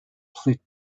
plitt